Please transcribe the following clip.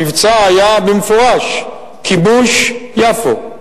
המבצע היה במפורש כיבוש יפו.